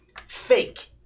fake